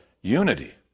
unity